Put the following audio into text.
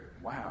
wow